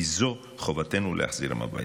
כי זו חובתנו, להחזירם הביתה.